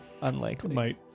unlikely